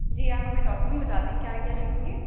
جی آپ ہمیں ڈاکیومنٹ بتا دیں کیا کیا لگیں گے